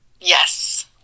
Yes